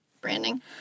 branding